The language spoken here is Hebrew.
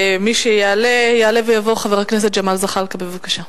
יעלה ויבוא חבר הכנסת ג'מאל זחאלקה, בבקשה.